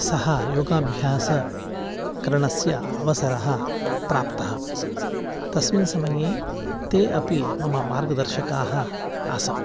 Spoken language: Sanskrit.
सः योगाभ्यासकरणस्य अवसरः प्राप्तः तस्मिन् समये ते अपि मम मार्गदर्शकाः आसन्